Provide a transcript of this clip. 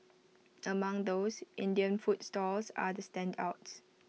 among those Indian food stalls are the standouts